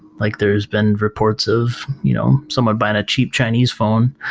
like there's been reports of you know someone buying a cheap chinese phone,